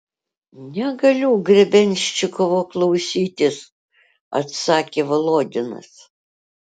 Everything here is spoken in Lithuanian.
negaliu grebenščikovo klausytis atsakė volodinas